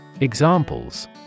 Examples